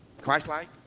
Christ-like